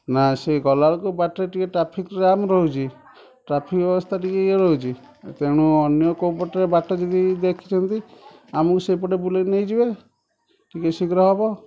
ନାଁ ସେ ଗଲାବେଳକୁ ବାଟରେ ଟିକେ ଟ୍ରାଫିକ୍ ଜାମ୍ ରହୁଛି ଟ୍ରାଫିକ୍ ବ୍ୟବସ୍ଥା ଟିକେ ଇଏ ରହୁଛି ତେଣୁ ଅନ୍ୟ କେଉଁ ପଟେ ବାଟ ଯଦି ଦେଖିଛନ୍ତି ଆମକୁ ସେଇ ପଟେ ବୁଲାଇକି ନେଇ ଯିବେ ଟିକେ ଶୀଘ୍ର ହେବ